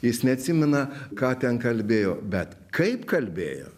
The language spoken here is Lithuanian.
jis neatsimena ką ten kalbėjo bet kaip kalbėjo